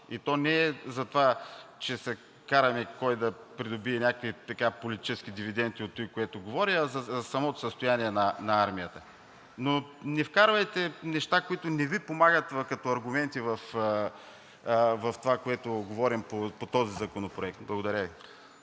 И то не заради това, че се караме кой да придобие някакви политически дивиденти от това, което говори, а за самото състояние на армията. Но не вкарвайте неща, които не Ви помагат като аргументи в това, което говорим по този законопроект. Благодаря Ви.